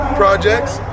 projects